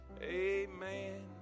Amen